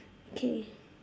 okay